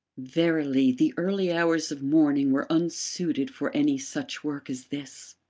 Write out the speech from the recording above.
verily, the early hours of morning were unsuited for any such work as this.